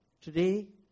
Today